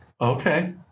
Okay